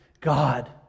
God